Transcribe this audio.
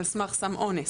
על סמך סם אונס,